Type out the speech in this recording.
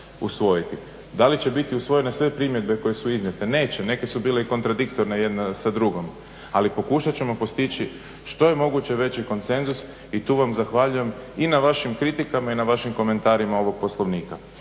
Da li će biti usvojene sve primjedbe koje su iznijete? Neće. Neke su bile i kontradiktorne jedna sa drugom, ali pokušat ćemo postići što je moguće veći konsenzus i tu vam zahvaljujem i na vašim kritikama i na vašim komentarima ovog Poslovnika.